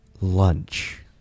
lunch